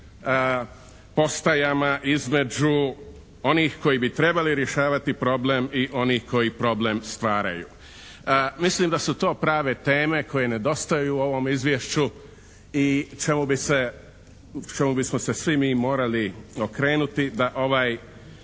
postajama između onih koji bi trebali rješavati problem i onih koji problem stvaraju. Mislim da su to prave teme koje nedostaju ovom Izvješću i čemu bismo se svi mi morali okrenuti da ovaj